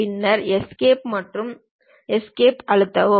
பின்னர் எஸ்கேப் மற்றும் எஸ்கேப் அழுத்தவும்